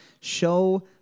show